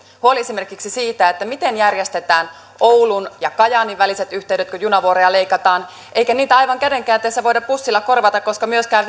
huoli esimerkiksi siitä miten järjestetään oulun ja kajaanin väliset yhteydet kun junavuoroja leikataan ei niitä aivan käden käänteessä voida bussilla korvata koska myöskään